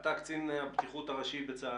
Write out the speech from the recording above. אתה קצין הבטיחות הראשי בצבא